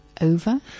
over